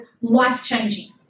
life-changing